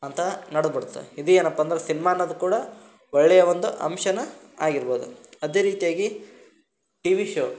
ಅಂತ ನಡೆದ್ಬಿಡುತ್ತೆ ಇದೇನಪ್ಪ ಅಂದ್ರೆ ಸಿನ್ಮಾ ಅನ್ನೋದು ಕೂಡ ಒಳ್ಳೆಯ ಒಂದು ಅಂಶನ ಆಗಿರ್ಬೋದು ಅದೇ ರೀತಿಯಾಗಿ ಟಿವಿ ಶೋ